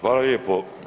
Hvala lijepo.